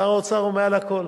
שר האוצר הוא מעל לכול.